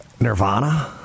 Nirvana